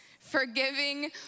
Forgiving